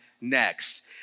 next